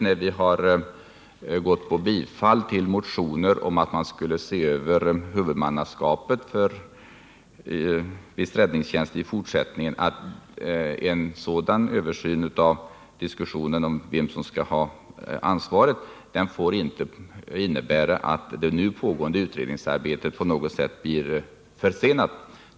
När vi har tillstyrkt motioner om att man skulle se över huvudmannaskapet för viss räddningstjänst i fortsättningen har vi utgått ifrån att en sådan diskussion om vem som skall ha ansvaret inte får innebära att det nu pågående utredningsarbetet på något sätt försenas.